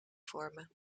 vormen